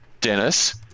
Dennis